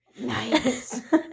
Nice